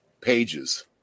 pages